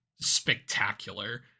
spectacular